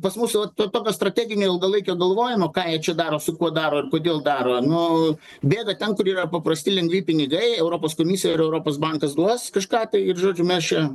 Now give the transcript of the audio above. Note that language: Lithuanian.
pas mus vat to tokio strateginio ilgalaikio galvojimo ką jie čia daro su kuo daro ir kodėl daro nu bėga ten kur yra paprasti lengvi pinigai europos komisija ir europos bankas duos kažką tai ir žodžiu mes čia